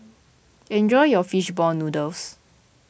enjoy your Fish Ball Noodles